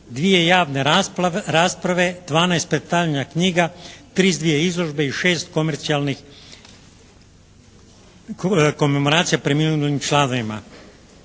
2 javne rasprave, 12 predstavljanja knjiga, 32 izložbe i 6 komercijalnih, komemoracija preminulim članovima.